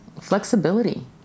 Flexibility